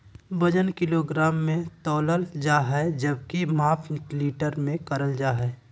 वजन किलोग्राम मे तौलल जा हय जबकि माप लीटर मे करल जा हय